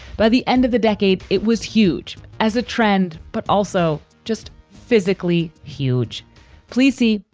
by the end of the decade. it was huge as a trend, but also just physically huge fleecy.